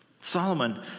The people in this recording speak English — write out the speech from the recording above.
Solomon